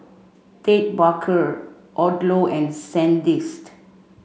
Ted Baker Odlo and Sandisk